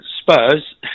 Spurs